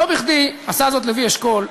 לא בכדי עשה זאת לוי אשכול,